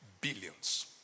billions